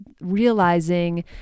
realizing